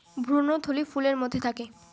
ভ্রূণথলি ফুলের মধ্যে থাকে